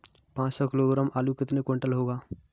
पाँच सौ किलोग्राम आलू कितने क्विंटल होगा?